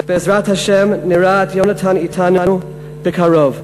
בעזרת השם נראה את יונתן אתנו בקרוב.